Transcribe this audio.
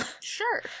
Sure